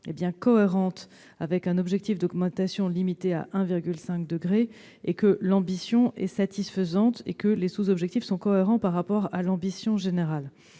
compatible avec un objectif d'augmentation des températures limitée à 1,5 C, que l'ambition est satisfaisante et que les sous-objectifs sont cohérents par rapport à l'ambition générale.